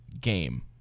game